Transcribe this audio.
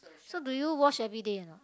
so do you wash everyday or not